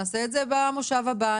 נעשה את זה במושב הבא,